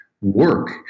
work